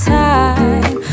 time